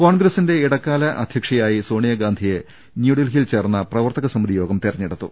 കോൺഗ്ര സ്സിന്റെ ഇട ക്കാല അധ്യ ക്ഷ യായി സോണിയാ ഗാന്ധിയെ ന്യൂഡൽഹിയിൽ ചേർന്ന പ്രവർത്തകസമിതി യോഗം തെരഞ്ഞെടുത്തു